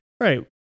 Right